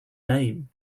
name